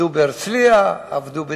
עבדו בהרצלייה, עבדו בטבריה,